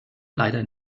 leider